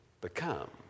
become